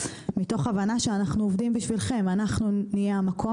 אנחנו נהיה המקום שיעזור לכם לפתור את נבכי